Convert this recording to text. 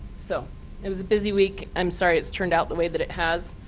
so it was a busy week. i'm sorry it's turned out the way that it has.